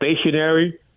stationary